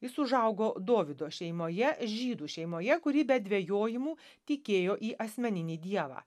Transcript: jis užaugo dovydo šeimoje žydų šeimoje kuri be dvejojimų tikėjo į asmeninį dievą